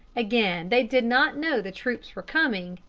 again, they did not know the troops were coming,